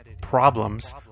problems